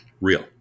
Real